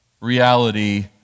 reality